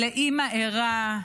לאימא ערה,